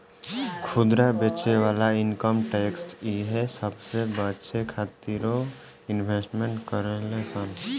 खुदरा बेचे वाला इनकम टैक्स इहे सबसे बचे खातिरो इन्वेस्टमेंट करेले सन